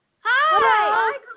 Hi